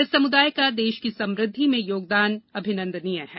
इस समुदाय का देश की समृद्धि में योगदान अभिनंदनीय है